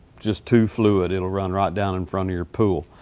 just too fluid. it'll run right down in front of your pool.